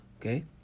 Okay